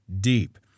deep